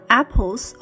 apples